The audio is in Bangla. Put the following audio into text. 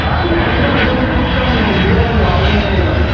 আপনি একদম একদমই চোখ কান বুজে একদম অজন্তা নিয়ে নিতে পারেন